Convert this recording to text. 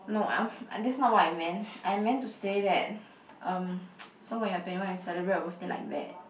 no I that's not what I meant I meant to say that um so when you're twenty one you celebrate your birthday like that